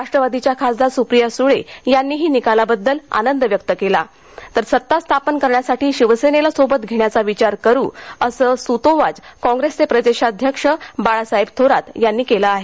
राष्ट्रवादीच्या खासदार सुप्रिया सुळे यांनीही निकालाबद्दल आनंद व्यक्त केला आहे तर सत्ता स्थापन करण्यासाठी शिवसेनेला सोबत घेण्याचा विचार करू असं सूतोवाच काँग्रेसचे प्रदेशाध्यक्ष बाळासाहेब थोरात यांनी केलं आहे